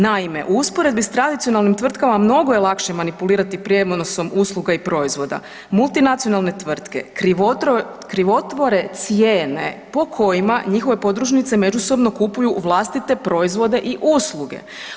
Naime, u usporedbi s tradicionalnim tvrtkama mnogo je lakše manipulirati prijenosom usluga i proizvoda, multinacionalne tvrtke krivotvore cijene po kojima njihove podružnice međusobno kupuju vlastite proizvode i usluge.